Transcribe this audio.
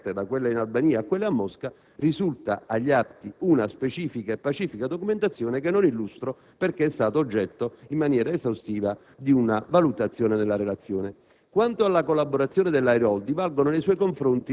sempre in materia penitenziaria; tuttavia, anche per le altre trasferte, da quella in Albania a quella a Mosca, risulta agli atti una specifica e pacifica documentazione che non illustro perché è stata oggetto, in maniera esaustiva, di una valutazione nella relazione.